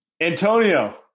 Antonio